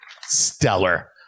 stellar